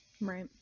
Right